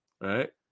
right